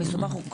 המסובך הוא,